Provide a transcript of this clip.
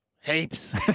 Heaps